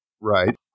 Right